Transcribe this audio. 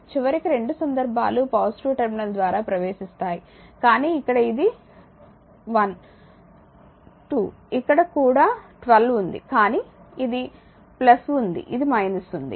కాబట్టి చివరికి రెండు సందర్భాలు పాజిటివ్ టెర్మినల్ ద్వారా ప్రవేశిస్తాయి కానీ ఇక్కడ ఇది 1 2 ఇక్కడ కూడా 1 2 ఉంది కానీ ఇది ఉంది ఇది ఉంది